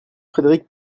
frédéric